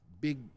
big